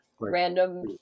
random